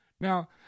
Now